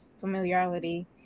familiarity